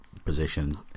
position